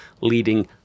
leading